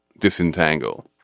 disentangle